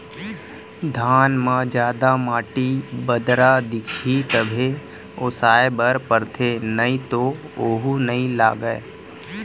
धान म जादा माटी, बदरा दिखही तभे ओसाए बर परथे नइ तो वोहू नइ लागय